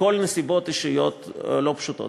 בכל נסיבות אישיות לא פשוטות.